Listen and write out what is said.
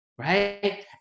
right